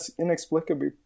inexplicably